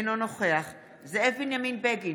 אינו נוכח זאב בנימין בגין,